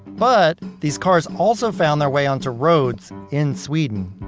but these cars also found their way onto roads in sweden.